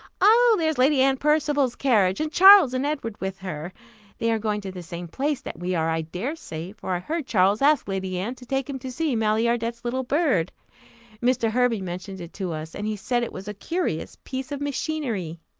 oh! there's lady anne percival's carriage, and charles and edward with her they are going to the same place that we are, i dare say, for i heard charles ask lady anne to take him to see maillardet's little bird mr. hervey mentioned it to us, and he said it was a curious piece of machinery.